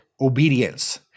obedience